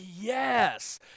yes